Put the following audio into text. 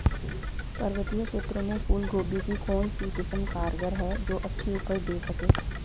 पर्वतीय क्षेत्रों में फूल गोभी की कौन सी किस्म कारगर है जो अच्छी उपज दें सके?